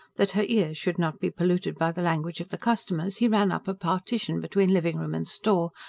that her ears should not be polluted by the language of the customers, he ran up a partition between living-room and store,